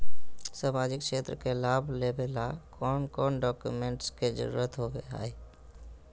सामाजिक क्षेत्र के लाभ लेबे ला कौन कौन डाक्यूमेंट्स के जरुरत होबो होई?